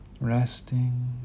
Resting